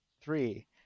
three